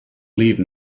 leave